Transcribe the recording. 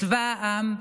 צבא העם,